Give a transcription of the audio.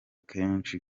kenshi